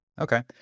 Okay